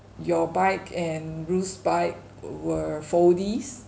your bike and bruce bike were foldies